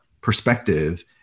perspective